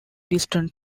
distant